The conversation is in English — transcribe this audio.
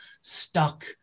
stuck